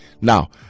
now